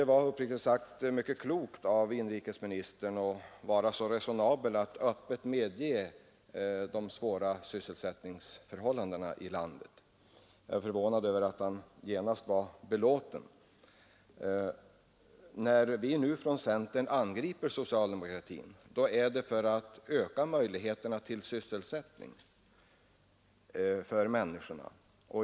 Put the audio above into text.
Jag tyckte uppriktigt sagt det var klokt av inrikesministern att vara så resonabel att han medgav att det råder svåra sysselsättningsförhållanden i landet, även om det något förvånade mig, att han strax därefter verkade nöjd med situationen. När vi från centern nu angriper socialdemokratin för passivitet, gör vi det för att öka möjligheterna till sysselsättning för människorna.